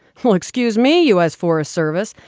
well, excuse me, u s. forest service.